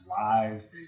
lives